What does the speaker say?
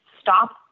stop